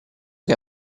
che